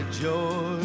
joy